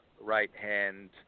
right-hand